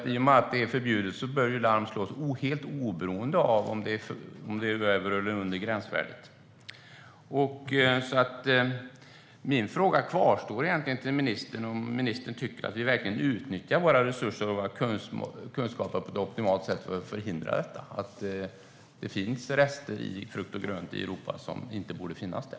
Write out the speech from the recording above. I och med att det är förbjudet bör det slås larm helt oberoende av om halterna ligger över eller under gränsvärdet. Min fråga kvarstår till ministern om han tycker att vi verkligen utnyttjar våra resurser och kunskaper på ett optimalt sätt för att förhindra att det finns rester av växtskyddsmedel i frukt och grönt i Europa som inte borde finnas där.